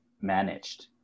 managed